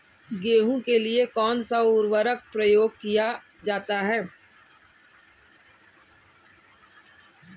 गेहूँ के लिए कौनसा उर्वरक प्रयोग किया जाता है?